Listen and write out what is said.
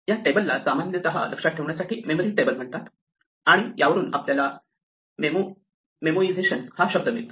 या टेबलला सामान्यतः लक्षात ठेवण्यासाठी मेमरी टेबल म्हणतात आणि यावरून आपल्याला मेमोईझशन हा शब्द मिळतो